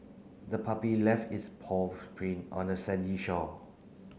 the puppy left its paw print on a sandy shore